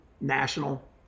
national